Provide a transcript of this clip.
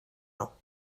nhw